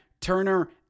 Turner